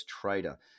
trader